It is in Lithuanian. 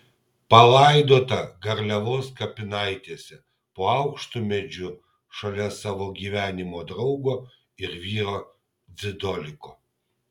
palaidota garliavos kapinaitėse po aukštu medžiu šalia savo gyvenimo draugo ir vyro dzidoliko